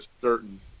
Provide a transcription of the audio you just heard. certain